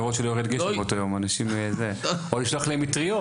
לראות שלא יירד גשם באותו יום או לשלוח להם מטריות.